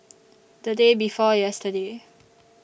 The Day before yesterday